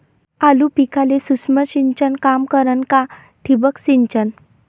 आलू पिकाले सूक्ष्म सिंचन काम करन का ठिबक सिंचन?